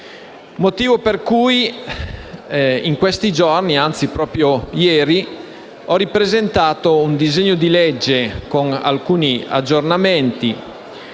motivo per cui negli ultimi giorni, anzi proprio ieri, ho ripresentato un disegno di legge, con alcuni aggiornamenti,